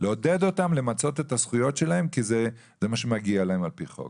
לעודד אותם למצות את הזכויות שלהם כי זה מה שמגיע להם על פי חוק.